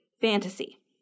fantasy